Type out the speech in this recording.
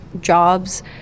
jobs